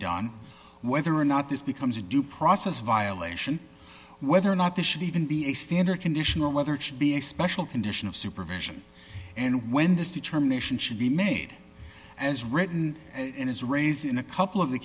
done whether or not this becomes a due process violation whether or not this should even be a standard condition or whether it should be a special condition of supervision and when this determination should be made as written and is raised in a couple of the